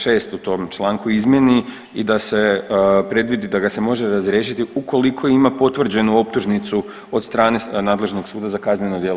6. u tom članku izmjeni i da se predvidi da ga se može razriješiti ukoliko ima potvrđenu optužnicu od strane nadležnog suda za kazneno djelo.